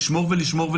לשמור ולשמור,